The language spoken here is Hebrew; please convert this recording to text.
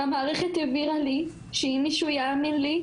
המערכת הבהירה לי שאם מישהו יאמין לי,